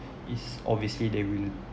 is obviously they will